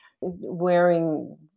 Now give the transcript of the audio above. wearing